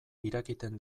irakiten